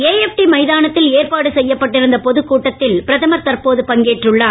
AFT மைதானத்தில் ஏற்பாடு செய்யப்பட்டிருந்த பொதுக் கூட்டத்தில்இ பிரதமர்இ தற்போது பங்கேற்று உள்ளார்